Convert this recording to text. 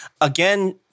Again